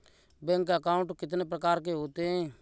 Bank account कितने प्रकार के होते हैं?